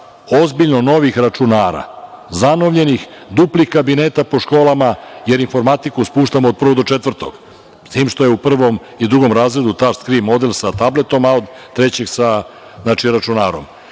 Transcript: ozbiljno novih računara, zanovljenih, duplih kabineta po školama, jer informatiku spuštamo od prvog do četvrtog, s tim što je u prvom i drugom razredu tač skrin model sa tabletom, a od trećeg razreda sa računarom